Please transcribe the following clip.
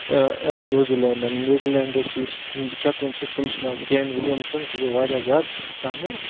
نِو زِلینٛڈَن نِو زِلینٛڈَس یُس کٮ۪پٹَن چھِ تٔمِس چھُ ناو کٮ۪ن وِلیَمسَن سُہ گوٚو واریاہ زیادٕ تَتھ منٛز